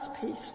peace